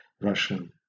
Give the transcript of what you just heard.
Russian